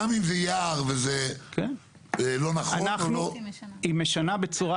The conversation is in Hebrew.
גם אם זה יער וזה לא נכון או לא --- היא משנה בצורה